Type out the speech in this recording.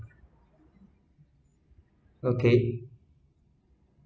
okay